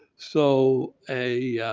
so a